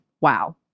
Wow